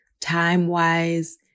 time-wise